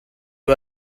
you